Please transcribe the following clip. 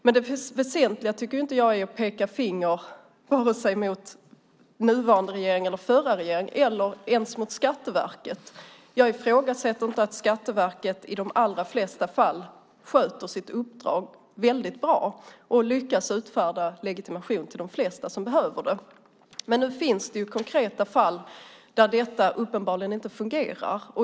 Men det väsentliga tycker jag inte är att peka finger mot vare sig den nuvarande regeringen eller den förra regeringen, eller ens mot Skatteverket. Jag ifrågasätter inte att Skatteverket i de allra flesta fall sköter sitt uppdrag väldigt bra och lyckas utfärda legitimation till de flesta som behöver det. Men nu finns det konkreta ärenden där detta uppenbarligen inte fungerar.